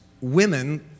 women